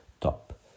top